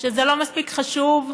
שזה לא מספיק חשוב?